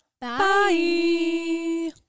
Bye